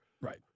Right